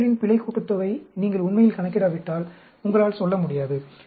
வர்க்கங்களின் பிழை கூட்டுத்தொகையை நீங்கள் உண்மையில் கணக்கிடாவிட்டால் உங்களால் சொல்ல முடியாது